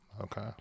okay